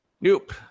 Nope